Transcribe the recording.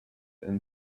and